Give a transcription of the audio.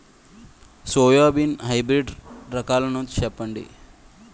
Soybean hybrid రకాలను చెప్పండి?